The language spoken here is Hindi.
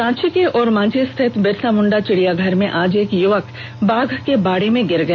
रांची के ओरमांझी स्थित बिरसा मुंडा चिड़ियाघर में आज एक युवक बाघ के बाड़े मे गिर गया